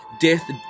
Death